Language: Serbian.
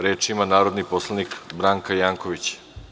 Reč ima narodni poslanik Branka Janković.